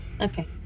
Okay